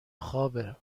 خوابه